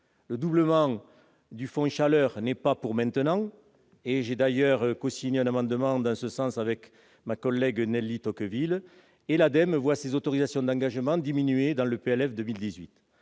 Le doublement du fonds chaleur n'est pas pour maintenant- j'ai d'ailleurs cosigné un amendement en ce sens avec ma collègue Nelly Tocqueville -et l'ADEME voit ses autorisations d'engagement diminuer dans le projet